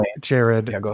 Jared